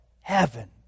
Heaven